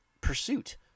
pursuit